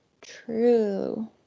True